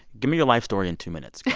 give me your life story in two minutes.